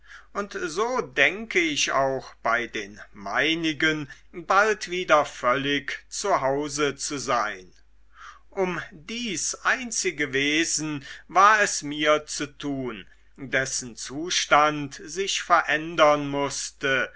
und so denke ich auch bei den meinigen bald wieder völlig zu hause zu sein um dies einzige wesen war es mir zu tun dessen zustand sich verändern mußte